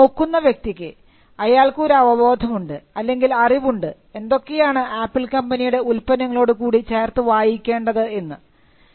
കാരണം നോക്കുന്ന വ്യക്തിക്ക് അയാൾക്ക് ഒരു അവബോധം ഉണ്ട് അല്ലെങ്കിൽ അറിവുണ്ട് എന്തൊക്കെയാണ് ആപ്പിൾ കമ്പനിയുടെ ഉൽപ്പന്നങ്ങളോട് കൂടി ചേർത്ത് വായിക്കേണ്ടത് എന്ന്